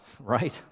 right